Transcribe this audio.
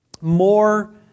more